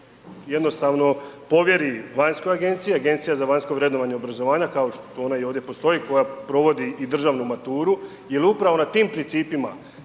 jednostavno povjeri vanjskoj agenciji, agencija za vanjsko vrednovanje i obrazovanja, kao što to ona i ovdje postoji, koja provodi i državnu maturu, jer upravo na tim principima